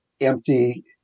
empty